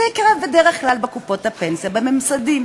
זה יקרה בדרך כלל בקופות הפנסיה במוסדיים.